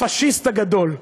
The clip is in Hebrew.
הפאשיסט הגדול,